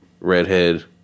redhead